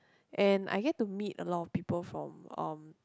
and I get to meet a lot of people from um